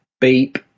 Beep